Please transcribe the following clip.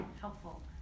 helpful